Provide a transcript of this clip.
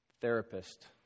therapist